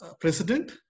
president